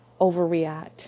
overreact